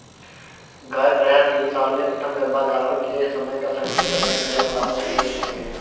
गाय प्रायः तीन साल में प्रथम गर्भधारण के समय का संकेत अपने क्रियाकलापों से देने लगती हैं